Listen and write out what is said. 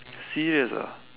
serious ah